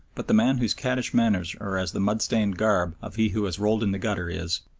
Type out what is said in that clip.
but the man whose caddish manners are as the mud-stained garb of he who has rolled in the gutter is,